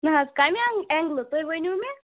نہَ حظ کَمہِ اینٛگلہٕ تُہۍ ؤنِو مےٚ